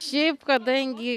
šiaip kadangi